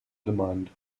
demand